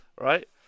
right